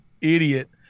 idiot